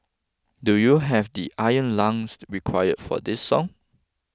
do you have the iron lungs required for this song